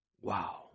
wow